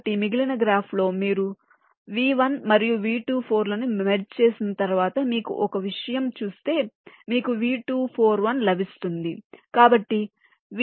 కాబట్టి మిగిలిన గ్రాఫ్లో మీరు V1 మరియు V24 లను మెర్జ్ చేసిన తర్వాత మీరు ఒక విషయం చూస్తే మీకు V241 లభిస్తుంది